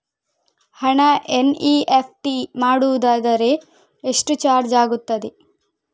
ಹಣ ಎನ್.ಇ.ಎಫ್.ಟಿ ಮಾಡುವುದಾದರೆ ಎಷ್ಟು ಚಾರ್ಜ್ ಆಗುತ್ತದೆ?